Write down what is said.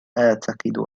أعتقد